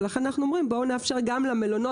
ולכן אנחנו אומרים שנאפשר גם למלונות,